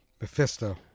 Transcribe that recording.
Mephisto